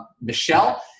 Michelle